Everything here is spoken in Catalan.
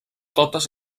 totes